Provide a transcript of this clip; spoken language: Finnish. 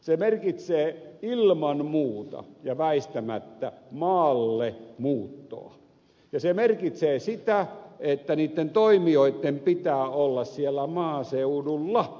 se merkitsee ilman muuta ja väistämättä maallemuuttoa ja se merkitsee sitä että niitten toimijoitten pitää olla siellä maaseudulla